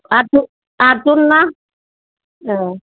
आथज आथजन ना औ